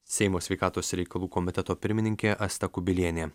seimo sveikatos reikalų komiteto pirmininkė asta kubilienė